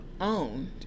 owned